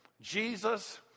Jesus